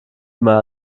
immer